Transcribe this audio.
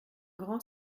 grand